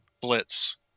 blitz